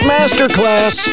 Masterclass